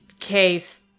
case